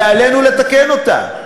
ועלינו לתקן אותה.